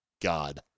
God